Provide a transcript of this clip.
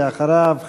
ואחריו,